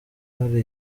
hari